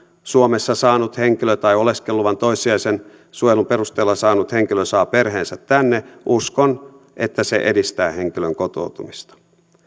suomessa saanut henkilö tai oleskeluluvan toissijaisen suojelun perusteella saanut henkilö saa perheensä tänne uskon että se edistää henkilön kotoutumista